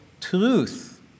truth